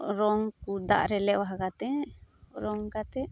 ᱨᱚᱝ ᱠᱚ ᱫᱟᱜ ᱨᱮ ᱞᱮᱣᱦᱟ ᱠᱟᱛᱮ ᱨᱚᱝ ᱠᱟᱛᱮ